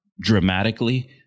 dramatically